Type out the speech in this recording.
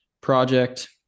project